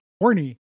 horny